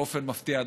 באופן מפתיע,